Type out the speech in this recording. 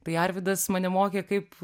tai arvydas mane mokė kaip